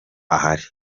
ahari